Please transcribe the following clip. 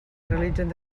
realitzen